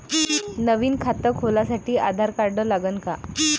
नवीन खात खोलासाठी आधार कार्ड लागन का?